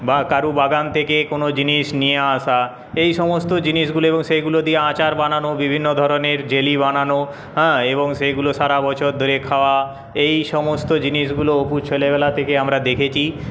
বা কারুর বাগান থেকে কোনও জিনিস নিয়ে আসা এই সমস্ত জিনিসগুলো এবং সেইগুলো দিয়ে আচার বানানো বিভিন্ন ধরনের জেলি বানানো হ্যাঁ এবং সেগুলো সারা বছর ধরে খাওয়া এই সমস্ত জিনিসগুলো অপুর ছেলেবেলা থেকে আমরা দেখেছি